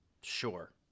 Sure